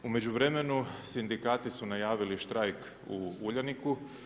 U međuvremenu sindikati su najavili štrajk u Uljaniku.